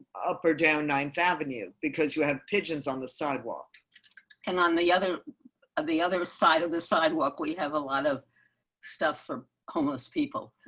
up or down ninth avenue, because you have pigeons on the and on the other of the other side of the sidewalk. we have a lot of stuff for homeless people.